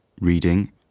reading